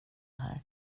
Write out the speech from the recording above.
här